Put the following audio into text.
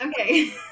Okay